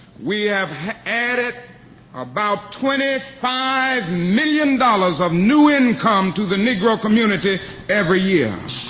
we have added about twenty-five million dollars of new income to the negro community every year.